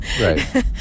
Right